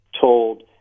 told